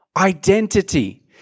identity